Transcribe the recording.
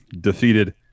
defeated